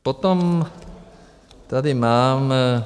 Potom tady mám...